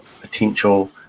potential